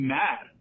mad